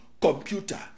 computer